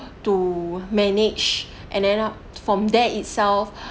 to manage and end up from there itself